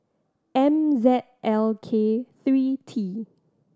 M Z L K three T